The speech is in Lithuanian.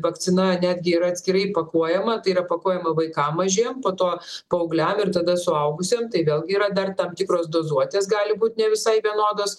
vakcina netgi yra atskirai įpakuojama tai yra pakuojama vaikam mažiem po to paaugliam ir tada suaugusiem tai vėlgi yra dar tam tikros dozuotės gali būt ne visai vienodos